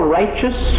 righteous